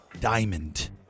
diamond